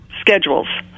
schedules